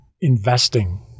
investing